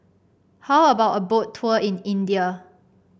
how about a Boat Tour in India